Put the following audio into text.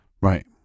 Right